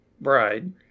bride